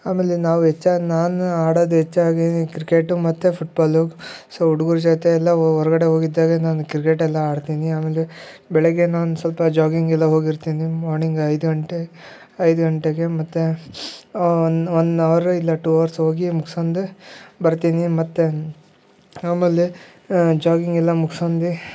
ಅಮೇಲೆ ನಾವು ಹೆಚ್ಚಾಗ್ ನಾನು ಆಡೋದು ಹೆಚ್ಚಾಗಿ ಈ ಕ್ರಿಕೆಟು ಮತ್ತು ಫುಟ್ಬಾಲ್ಲು ಸೊ ಹುಡುಗ್ರ ಜೊತೆಯೆಲ್ಲ ಹೊರ್ಗಡೆ ಹೋಗಿದ್ದಾಗ ನಾನು ಕ್ರಿಕೆಟೆಲ್ಲ ಆಡ್ತೀನಿ ಆಮೇಲೆ ಬೆಳಗ್ಗೆ ನಾನು ಸ್ವಲ್ಪ ಜಾಗಿಂಗೆಲ್ಲಾ ಹೋಗಿರ್ತೀನಿ ಮಾರ್ಣಿಂಗ್ ಐದ್ಗಂಟೆ ಐದು ಗಂಟೆಗೆ ಮತ್ತು ಒನ್ ಒನ್ ಅವರ್ ಇಲ್ಲಾ ಟೂ ಅವರ್ಸ್ ಹೋಗಿ ಮುಗ್ಸ್ಕಂಡು ಬರ್ತೀನಿ ಮತ್ತು ಆಮೇಲೆ ಆ ಜಾಗಿಂಗ್ ಎಲ್ಲಾ ಮುಗ್ಸ್ಕೊಂಡು